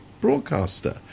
broadcaster